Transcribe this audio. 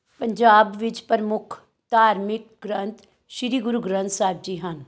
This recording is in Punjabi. ਪੰਜਾਬ ਵਿੱਚ ਪ੍ਰਮੁੱਖ ਧਾਰਮਿਕ ਗ੍ਰੰਥ ਸ਼੍ਰੀ ਗੁਰੂ ਗ੍ਰੰਥ ਸਾਹਿਬ ਜੀ ਹਨ